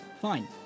fine